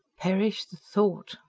perish the thought!